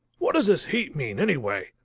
what does this heat mean anyway?